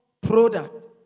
product